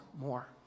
more